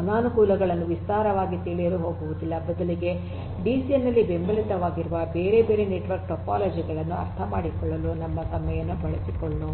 ಅನಾನುಕೂಲಗಳನ್ನು ವಿಸ್ತಾರವಾಗಿ ತಿಳಿಯಲು ಹೋಗುವುದಿಲ್ಲ ಬದಲಿಗೆ ಡಿಸಿಎನ್ ನಲ್ಲಿ ಬೆಂಬಲಿತವಾಗಿರುವ ಬೇರೆ ಬೇರೆ ನೆಟ್ವರ್ಕ್ ಟೋಪೋಲಜಿ ಗಳನ್ನು ಅರ್ಥಮಾಡಿಕೊಳ್ಳಲು ನಮ್ಮ ಸಮಯವನ್ನು ಬಳಸಿಕೊಳ್ಳೋಣ